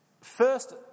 first